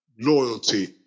loyalty